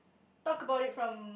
talk about it from